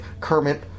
Kermit